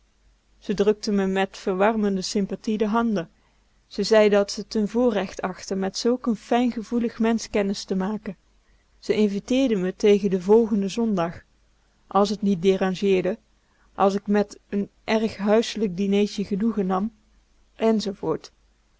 ze drukte me met verwarmende sympathie de handen ze zei dat ze t n voorrecht achtte met zulk n fijngevoelig mensch kennis te maken ze inviteerde me tegen den volgenden zondag als t niet dérangeerde als k met n erg huiselijk dineetje genoegen nam